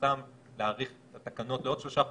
סתם להאריך את התקנות לעוד שלושה חודשים,